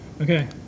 Okay